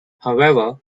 however